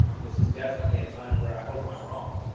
this is definitely a time where i hope i'm wrong.